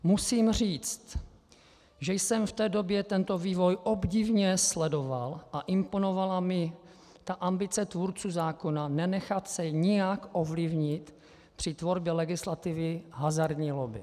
Musím říct, že jsem v té době tento vývoj obdivně sledoval a imponovala mi ambice tvůrců zákona nenechat se nijak ovlivnit při tvorbě legislativy hazardní lobby.